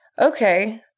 Okay